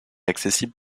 accessible